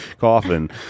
coffin